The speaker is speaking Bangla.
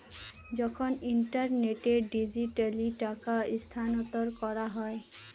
যখন ইন্টারনেটে ডিজিটালি টাকা স্থানান্তর করা হয়